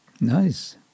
Nice